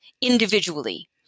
individually